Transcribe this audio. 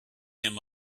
him